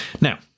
Now